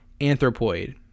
anthropoid